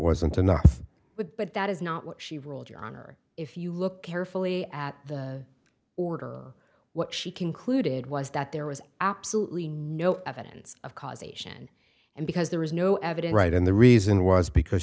wasn't enough wood but that is not what she ruled your honor if you look carefully at the order what she concluded was that there was absolutely no evidence of causation and because there was no evidence and the reason was because